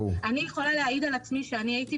אני יכולה להעיד על עצמי שאני הייתי